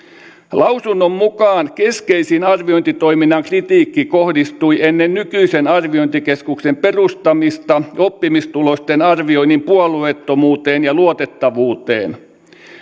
lausunnon mukaan keskeisin arviointitoiminnan kritiikki kohdistui ennen nykyisen arviointikeskuksen perustamista oppimistulosten arvioinnin puolueettomuuteen ja luotettavuuteen